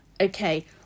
okay